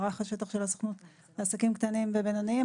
מערך השטח של הסוכנות לעסקים קטנים ובינוניים,